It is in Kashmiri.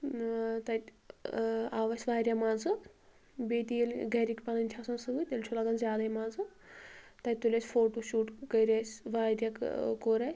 ٲں تَتہِ ٲں آو اسہِ وارِیاہ مَزٕ بیٚیہِ تہِ ییٚلہِ گھرِکۍ پنٕنۍ چھِ آسان سۭتۍ تیٚلہِ چھُ لگان زیادٔے مَزٕ تَتہِ تُلۍ اسہِ فوٹوٗ شوٗٹ کٔرۍ اسہِ واریاہ ٲں کوٚر اسہِ